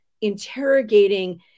interrogating